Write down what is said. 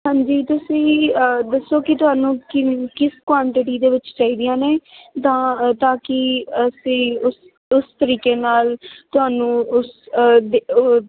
ਹਾਂਜੀ ਤੁਸੀਂ ਦੱਸੋ ਕਿ ਤੁਹਾਨੂੰ ਕਿਨ ਕਿਸ ਕੁਆਂਟਿਟੀ ਦੇ ਵਿੱਚ ਚਾਹੀਦੀਆਂ ਨੇ ਤਾਂ ਤਾਂਕਿ ਅਸੀਂ ਉਸ ਉਸ ਤਰੀਕੇ ਨਾਲ ਤੁਹਾਨੂੰ ਉਸ